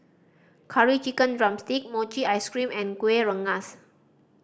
Curry Chicken drumstick mochi ice cream and Kueh Rengas